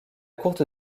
courte